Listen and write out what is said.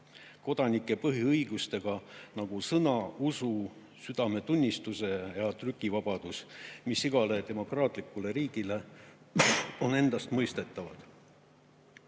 kodanike põhiõigustega, nagu sõna, usu, südametunnistuse ja trükivabadus, mis igale demokraatlikule riigile on endastmõistetavad.